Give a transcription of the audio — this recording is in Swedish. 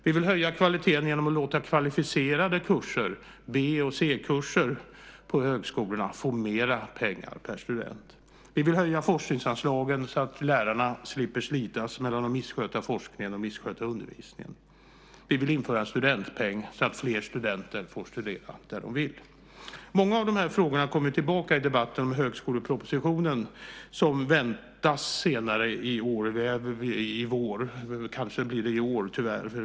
Vi vill höja kvaliteten genom att låta kvalificerade kurser, B och C-kurser, på högskolorna få mer pengar per student. Vi vill höja forskningsanslagen så att lärarna slipper att slitas mellan att missköta forskningen och att missköta undervisningen. Vi vill införa en studentpeng så att fler studenter får studera där de vill. Många av dessa frågor kommer tillbaka i debatten om högskolepropositionen som väntas senare i vår. Det kanske blir senare i år, tyvärr.